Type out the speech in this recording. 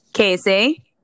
Casey